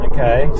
Okay